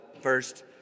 first